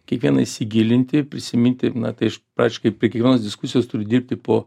kiekvieną įsigilinti prisiminti na tai iš praktiškai prie kiekvienos diskusijos turi dirbti po